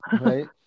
Right